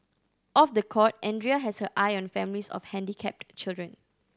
off the court Andrea has her eye on families of handicapped children